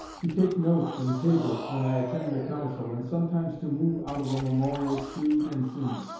to take notes in tables, when i attend the council, and sometimes to move out of a memorial shewed and seen.